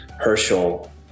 Herschel